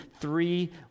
three